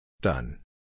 Done